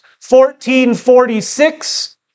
1446